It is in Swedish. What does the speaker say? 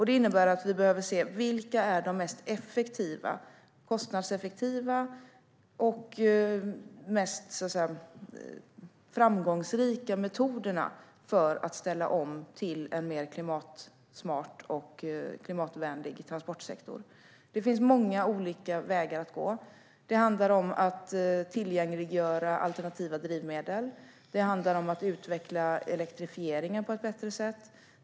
Det innebär att vi behöver titta på vilka som är de mest kostnadseffektiva och framgångsrika metoderna för att ställa om till en mer klimatsmart och klimatvänlig transportsektor. Det finns många olika vägar att gå. Det handlar om att tillgängliggöra alternativa drivmedel och om att utveckla elektrifieringen på ett bättre sätt.